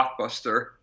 blockbuster